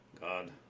God